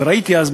וראיתי אז,